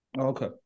Okay